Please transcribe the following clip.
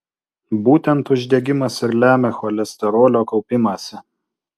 būtent uždegimas ir lemia cholesterolio kaupimąsi